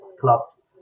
clubs